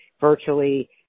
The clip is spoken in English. virtually